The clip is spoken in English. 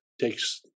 takes